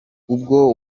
uko